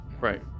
Right